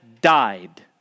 died